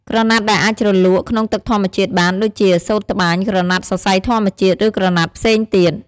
ក្រណាត់ដែលអាចជ្រលក់ ក្នុងទឹកធម្មជាតិបាន ដូចជា សូត្រត្បាញ ក្រណាត់សរសៃធម្មជាតិ ឬក្រណាត់ផ្សេងទៀត។